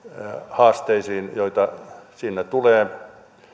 haasteisiin joita sinne tulee